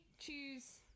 choose